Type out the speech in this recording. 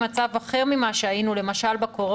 נהיה במצב אחר ממה שהיינו בקורונה,